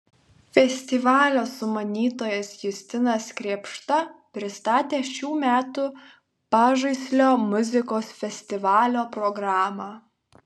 festivalio sumanytojas justinas krėpšta pristatė šių metų pažaislio muzikos festivalio programą